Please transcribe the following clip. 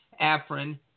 Afrin